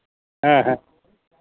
ᱦᱮᱸ ᱦᱮᱸ